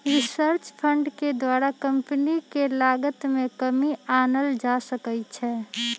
research fund के द्वारा company के लागत में कमी आनल जा सकइ छै